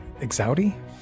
Exaudi